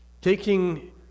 taking